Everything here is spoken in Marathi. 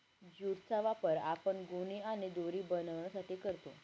ज्यूट चा वापर आपण गोणी आणि दोरी बनवण्यासाठी करतो